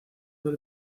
del